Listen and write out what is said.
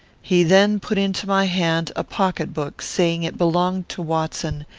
he then put into my hand a pocket-book, saying it belonged to watson,